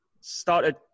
started